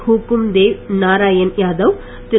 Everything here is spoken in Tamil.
ஹூக்கும் தேவ் நாராயன் யாதவ் திரு